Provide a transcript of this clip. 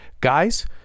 guys